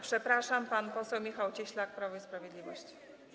Przepraszam, pan poseł Michał Cieślak, Prawo i Sprawiedliwość.